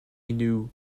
new